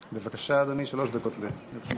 בבקשה, אדוני, שלוש דקות לפניך.